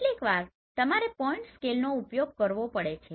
કેટલીકવાર તમારે પોઇન્ટ સ્કેલનો ઉપયોગ કરવો પડે છે